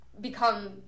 become